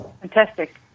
fantastic